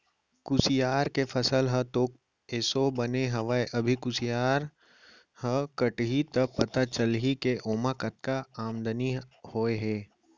कुसियार के फसल ह तो एसो बने हवय अभी कुसियार ह कटही त पता चलही के ओमा कतका आमदनी होय हे